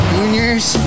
Juniors